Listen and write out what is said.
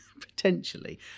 potentially